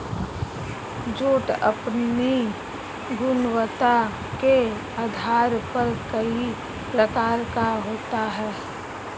jute अपनी गुणवत्ता के आधार पर कई प्रकार का होता है